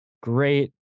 great